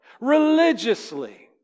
religiously